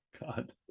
God